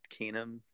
Keenum